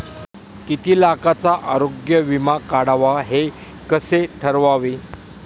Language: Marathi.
किती लाखाचा आरोग्य विमा काढावा हे कसे ठरवावे?